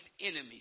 enemies